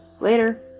Later